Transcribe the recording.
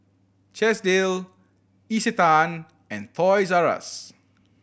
Chesdale Isetan and Toys R Us